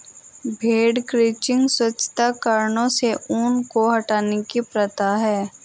भेड़ क्रचिंग स्वच्छता कारणों से ऊन को हटाने की प्रथा है